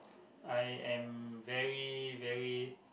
I am very very